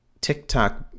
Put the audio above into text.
TikTok